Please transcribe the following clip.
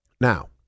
Now